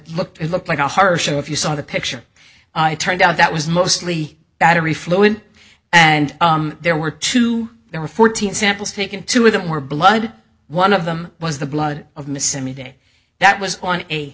looked it looked like a harsh if you saw the picture it turned out that was mostly battery fluid and there were two there were fourteen samples taken two of them were blood one of them was the blood of miss a meeting that was on a